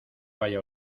vaya